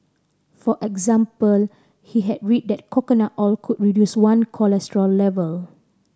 for example he had read that coconut oil could reduce one cholesterol level